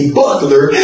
buckler